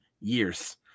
years